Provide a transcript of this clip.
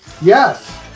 Yes